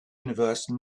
universe